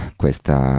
questa